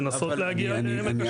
לנסות להגיע לעמק השווה.